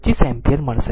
25 ampere મળશે